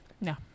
No